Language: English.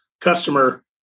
customer